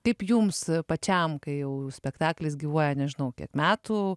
taip jums pačiam kai jau spektaklis gyvuoja nežinau kiek metų